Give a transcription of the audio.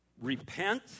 repent